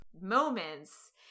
moments